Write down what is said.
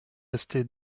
restée